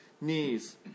knees